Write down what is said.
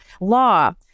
law